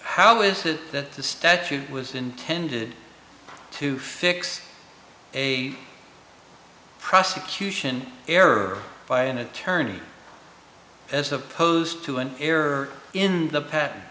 how is it that the statute was intended to fix a prosecution error by an attorney as opposed to an error in the pa